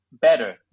better